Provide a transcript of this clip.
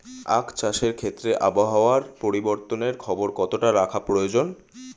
আখ চাষের ক্ষেত্রে আবহাওয়ার পরিবর্তনের খবর কতটা রাখা প্রয়োজন?